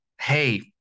hey